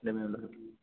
ரெண்டுமே இல்லை சார்